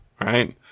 right